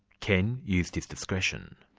ken used his discretion.